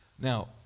Now